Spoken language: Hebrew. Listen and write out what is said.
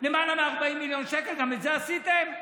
למעלה מ-40 מיליון שקל, גם את זה עשיתם?